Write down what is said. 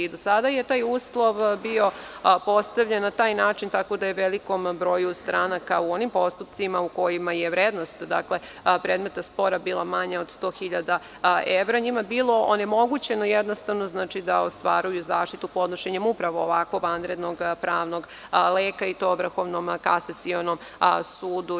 Do sada je taj uslov bio postavljen na taj način tako da je velikom broju stranaka u onim postupcima, u kojima je vrednost predmeta spora bila manja od 100.000 evra, bilo onemogućeno da ostvaruju zaštitu podnošenje upravo ovako vanrednog leka i to Vrhovnom kasacionom sudu.